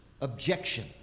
objection